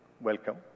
Welcome